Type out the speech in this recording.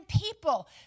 people